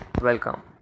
welcome